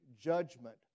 judgment